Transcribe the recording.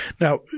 Now